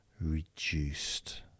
reduced